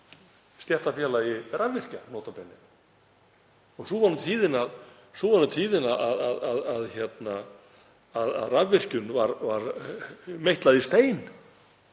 stéttarfélagi rafvirkja, nota bene. Sú var tíðin að rafvirkjun var meitluð í stein